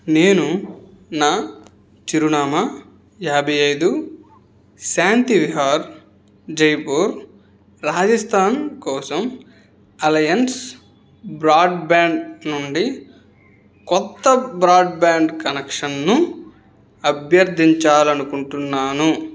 నేను నా చిరునామా యాభై ఐదు శాంతి విహార్ జైపూర్ రాజస్థాన్ కోసం అలయన్స్ బ్రాడ్బ్యాండ్ నుండి కొత్త బ్రాడ్బ్యాండ్ కనెక్షన్ను అభ్యర్థించాలి అనుకుంటున్నాను